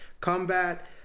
Combat